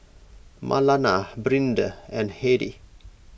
Marlana Brinda and Hedy